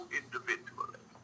individually